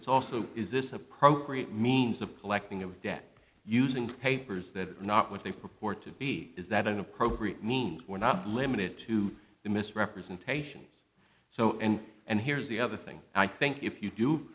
it's also is this appropriate means of collecting a debt using papers that are not what they purport to be is that an appropriate means we're not limited to the misrepresentations so and and here's the other thing i think if you do